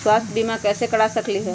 स्वाथ्य बीमा कैसे करा सकीले है?